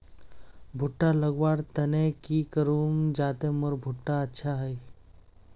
भुट्टा लगवार तने की करूम जाते मोर भुट्टा अच्छा हाई?